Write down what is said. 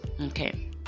Okay